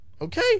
Okay